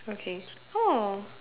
okay oh